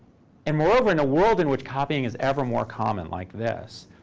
and moreover, in a world in which copying is ever more common, like this,